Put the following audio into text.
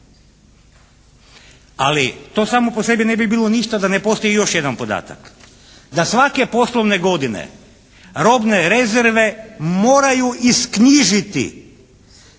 Ali to samo po sebi ne bi bilo ništa da ne postoji još jedan podatak. Da svake poslovne godine robne rezerve moraju isknjižiti